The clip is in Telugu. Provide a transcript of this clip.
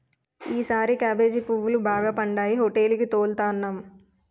ఈసారి కేబేజీ పువ్వులు బాగా పండాయి హోటేలికి తోలుతన్నాం